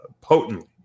potently